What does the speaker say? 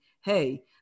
hey